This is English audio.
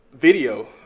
video